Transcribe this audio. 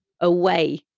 away